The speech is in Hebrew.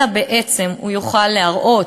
אלא בעצם הוא יוכל להראות,